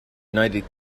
united